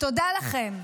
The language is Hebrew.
תודה לכם.